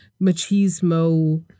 machismo